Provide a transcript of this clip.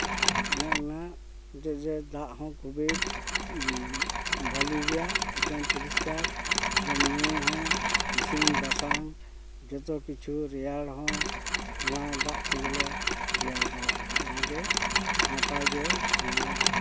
ᱚᱱᱮ ᱚᱱᱟ ᱦᱚᱛᱮᱡ ᱛᱮ ᱫᱟᱜ ᱦᱚᱸ ᱠᱷᱩᱵᱮ ᱵᱷᱟᱞᱮᱭᱟ ᱮᱠᱫᱚᱢ ᱯᱚᱨᱤᱥᱠᱟᱨ ᱮᱠᱫᱚᱢ ᱧᱩ ᱦᱚᱸ ᱮᱠᱫᱚᱢ ᱤᱥᱤᱱ ᱵᱟᱥᱟᱝ ᱡᱚᱛᱚ ᱠᱤᱪᱷᱩ ᱨᱮᱭᱟᱲ ᱦᱚᱸ ᱚᱱᱟ ᱫᱟᱜ ᱛᱮᱜᱮᱞᱮ ᱨᱮᱭᱟᱲ ᱵᱟᱲᱟᱜᱼᱟ ᱚᱱᱟ ᱜᱮ ᱱᱟᱯᱟᱭ ᱜᱮ ᱚᱱᱟ